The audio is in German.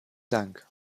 dank